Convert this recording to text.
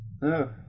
No